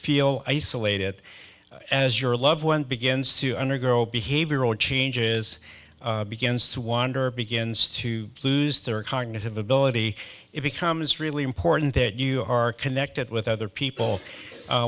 feel isolated as your loved one begins to undergo behavioral changes begins to wander begins to lose their cognitive ability it becomes really important that you are connected with other people